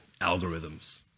Algorithms